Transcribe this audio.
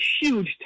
huge